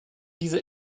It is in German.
diese